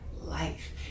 life